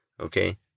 Okay